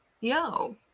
yo